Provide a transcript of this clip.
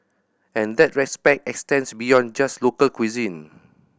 and that respect extends beyond just local cuisine